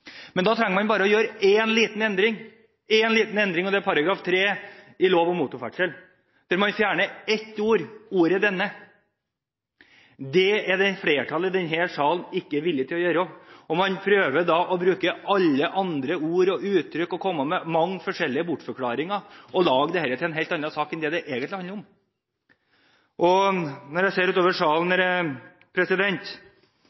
er i § 3 i lov om motorferdsel å fjerne ett ord, ordet «denne». Det er flertallet i denne sal ikke villig til å gjøre. Man prøver å bruke alle andre ord og uttrykk og kommer med mange forskjellige bortforklaringer og lager dette til en helt annen sak enn det det egentlig handler om. Jeg ser utover salen, og jeg